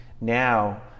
Now